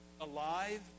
alive